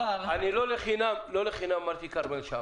לא לחינם הצגתי כדוגמה את כרמל שאמה,